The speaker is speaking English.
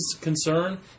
concern